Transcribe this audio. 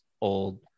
old